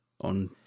on